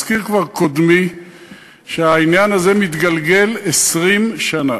הזכיר כבר קודמי שהעניין הזה מתגלגל 20 שנה.